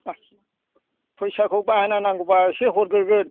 फैसाखौ बाहेना नांगौबा एसे हरग्रोगोन